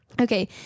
okay